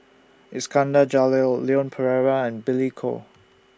Iskandar Jalil Leon Perera and Billy Koh